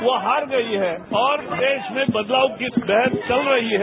वो हार गई है और देश में बदलाव की लहर चल रही है